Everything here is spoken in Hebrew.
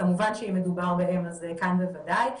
כמובן שאם מדובר באם אז כאן בוודאי.